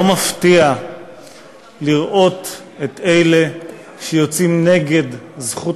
לא מפתיע לראות את אלה שיוצאים נגד זכות